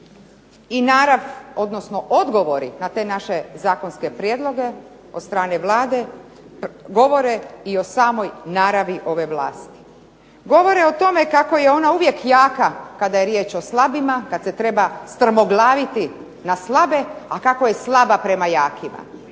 i narav, odnosno odgovori na te naše zakonske prijedloge od strane Vlade govore i o samoj naravi ove vlasti. govore o tome kako je ona uvijek jaka kada je riječ o slabima, kad se treba strmoglaviti na slabe, a kako je slaba prema jakima.